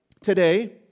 today